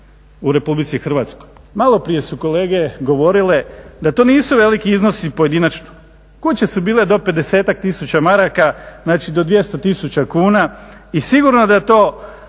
u Republici Hrvatskoj. Maloprije su kolege govorile da to nisu veliki iznosi pojedinačno, kuće su bile do 50-ak tisuća maraka, znači do 200 tisuća kuna i sigurno da to